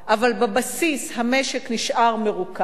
אבל בבסיס המשק נשאר מרוכז,